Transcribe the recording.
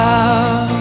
Love